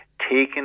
taken